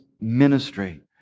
ministry